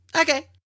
Okay